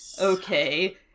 okay